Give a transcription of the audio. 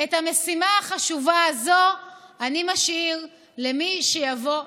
את המשימה החשובה הזאת אני משאיר למי שיבוא אחריי.